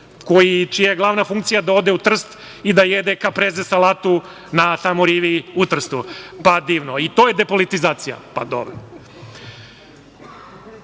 čija je glavna funkcija da ode u Trst i da jede Kapreze salatu tamo na rivi u Trstu. Divno. To je depolitizacija?